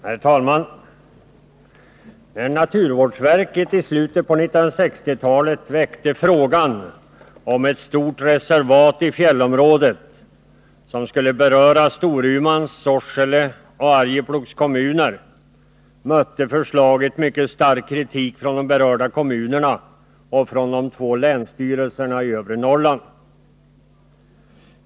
Herr talman! När naturvårdsverket i slutet på 1960-talet väckte frågan om att i fjällområdet inrätta ett stort reservat, som skulle beröra Storumans, Sorsele och Arjeplogs kommuner, mötte förslaget mycket stark kritik från de berörda kommunerna och från de två länsstyrelserna i övre Norrland.